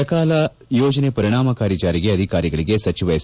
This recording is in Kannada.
ಸಕಾಲ ಯೋಜನೆ ಪರಿಣಾಮಕಾರಿ ಜಾರಿಗೆ ಅಧಿಕಾರಿಗಳಿಗೆ ಸಚಿವ ಎಸ್